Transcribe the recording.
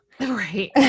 Right